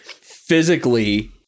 physically